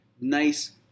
nice